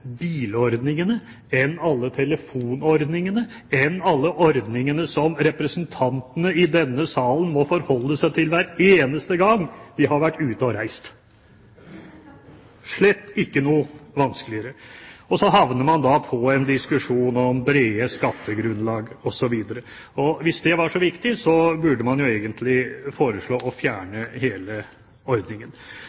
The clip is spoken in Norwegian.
bilordningene, enn alle telefonordningene, enn alle ordningene som representantene i denne salen må forholde seg til hver eneste gang de har vært ute og reist – slett ikke noe vanskeligere. Og så havner man i en diskusjon om brede skattegrunnlag osv. Hvis det var så viktig, burde man jo egentlig foreslå å